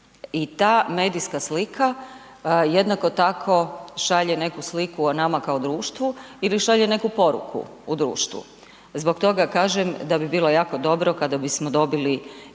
I ta medijska slika jednako tako šalje neku sliku o nama kao društvu ili šalje neku poruku u društvu. Zbog toga kažem da bi bilo jako dobro kada bismo dobili i nova